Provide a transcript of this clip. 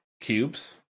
cubes